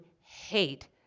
hate